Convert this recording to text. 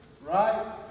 right